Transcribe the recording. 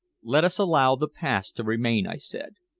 let us allow the past to remain, i said.